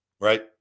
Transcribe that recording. Right